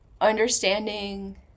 understanding